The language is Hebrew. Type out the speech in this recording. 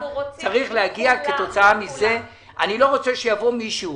אני לא רוצה שמישהו